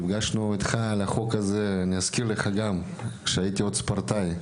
אנחנו נפגשנו איתך לגבי החוק הזה כשעוד הייתי ספורטאי.